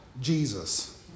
Jesus